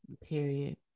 Period